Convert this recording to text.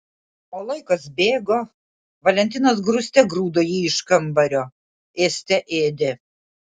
o laikas bėgo valentinas grūste grūdo jį iš kambario ėste ėdė